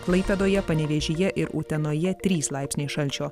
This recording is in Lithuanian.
klaipėdoje panevėžyje ir utenoje trys laipsniai šalčio